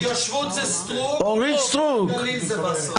התיישבות זה סטרוק, גליל זה וסרלאוף.